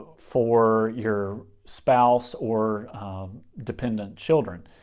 for your spouse or dependent children.